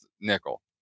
nickel